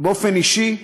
באופן אישי,